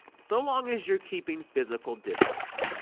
so long as you're keeping physical distance.